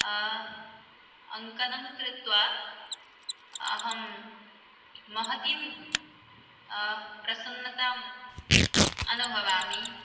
अङ्कनङ्कृत्वा अहं महतीं प्रसन्नताम् अनुभवामि